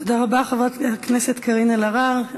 תודה רבה, חברת הכנסת קארין אלהרר.